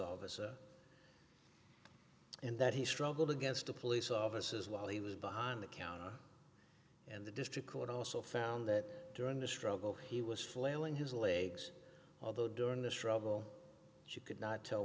officer and that he struggled against the police officers while he was behind the counter and the district court also found that during the struggle he was flailing his legs although during this trouble you could not tell